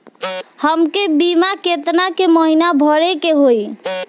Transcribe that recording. हमके बीमा केतना के महीना भरे के होई?